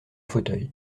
fauteuil